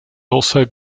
also